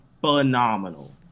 phenomenal